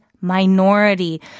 minority